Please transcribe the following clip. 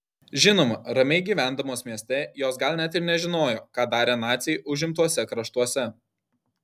žinoma ramiai gyvendamos mieste jos gal net ir nežinojo ką darė naciai užimtuose kraštuose